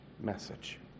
message